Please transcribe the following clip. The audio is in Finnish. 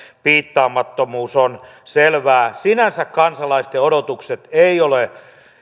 piittaamattomuus on selvää sinänsä kansalaisten odotukset eivät ole